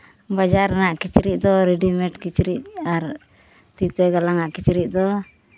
ᱵᱟᱡᱟᱨ ᱨᱮᱱᱟᱜ ᱠᱤᱪᱨᱤᱡ ᱫᱚ ᱨᱤᱰᱤᱢᱮᱴ ᱠᱤᱪᱨᱤᱡ ᱟᱨ ᱛᱤ ᱛᱮ ᱜᱟᱞᱟᱝᱟᱜ ᱠᱤᱪᱨᱤᱡ ᱫᱚ